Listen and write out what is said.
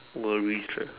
worries ah